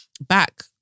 back